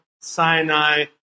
Sinai